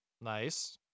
Nice